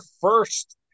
first